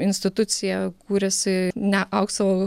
institucija kūrėsi ne aukso